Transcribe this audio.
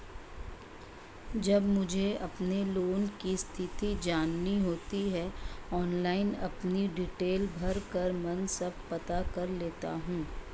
जब मुझे अपने लोन की स्थिति जाननी होती है ऑनलाइन अपनी डिटेल भरकर मन सब पता कर लेता हूँ